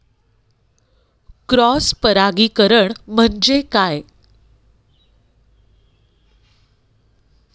Cross परागीकरण म्हणजे काय?